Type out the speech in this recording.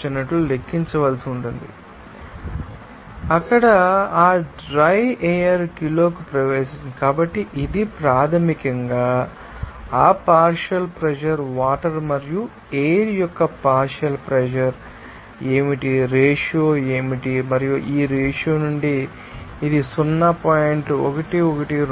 భావించినట్లు లెక్కించవలసి ఉంటుంది అక్కడ ఆ డ్రై ఎయిర్ కిలోకు ప్రవేశిస్తుంది కాబట్టి ఇది ప్రాథమికంగా ఆ పార్షియల్ ప్రెషర్ వాటర్ మరియు ఎయిర్ యొక్క పార్షియల్ ప్రెషర్ ఏమిటి రేషియో ఏమిటి మరియు ఈ రేషియో నుండి ఇది 0